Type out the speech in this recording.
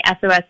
SOS